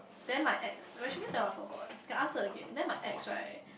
then my ex Rasmita I forgot can ask her again then my ex right